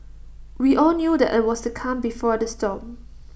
we all knew that IT was the calm before the storm